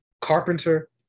Carpenter